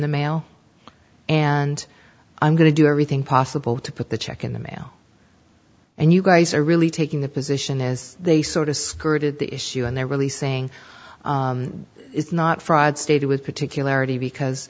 the mail and i'm going to do everything possible to put the check in the mail and you guys are really taking the position as they sort of skirted the issue and they're really saying it's not fraud stated with particularity because